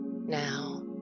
now